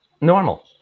normal